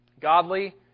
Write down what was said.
Godly